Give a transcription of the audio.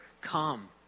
come